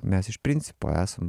mes iš principo esam